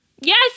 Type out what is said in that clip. Yes